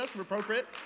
appropriate